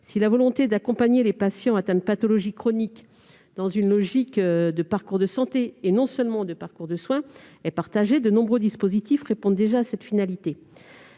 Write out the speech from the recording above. Si la volonté d'accompagner les patients atteints de pathologies chroniques dans une logique de parcours non pas seulement de santé, mais aussi de soins est partagée, le fait est que de nombreux dispositifs répondent déjà à cette finalité.